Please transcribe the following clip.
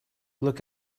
look